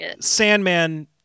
Sandman